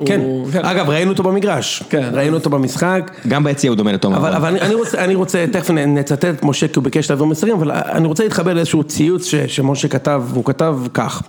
כן, אגב ראינו אותו במגרש, ראינו אותו במשחק גם ביציע הוא דומה לתום אבל אני רוצה, אני רוצה, תכף נצטט משה כי הוא ביקש שתעבור מסרים אבל אני רוצה להתחבר לאיזשהו ציוץ שמשה כתב, הוא כתב כך